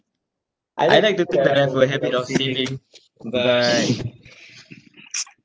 I like to think that I have a habit of saving but